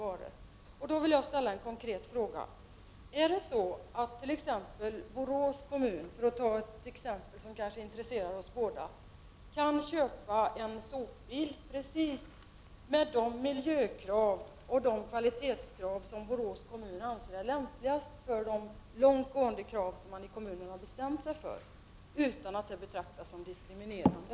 Utifrån detta vill jag ställa en konkret fråga: Kan Borås kommun — för att ta ett exempel som kanske intresserar oss båda — köpa en sopbil som har precis de långtgående miljöoch kvalitetskrav uppfyllda som man i kommunen anser vara lämpligast, och har bestämt sig för, utan att detta betraktas som diskriminerande?